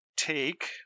Take